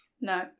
No